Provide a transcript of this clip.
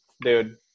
dude